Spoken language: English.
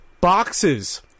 boxes